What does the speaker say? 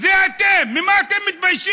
זה אתם, ממה אתם מתביישים?